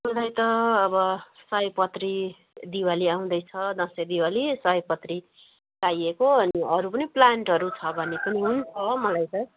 मलाई त अब सयपत्री दीपावली आउँदैछ दसैँ दीपावली सयपत्री चाहिएको अनि अरू पनि प्लान्टहरू छ भने पनि हुन्छ मलाई त